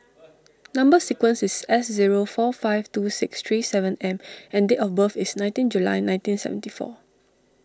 Number Sequence is S zero four five two six three seven M and date of birth is nineteen July nineteen seventy four